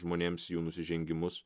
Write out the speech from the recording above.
žmonėms jų nusižengimus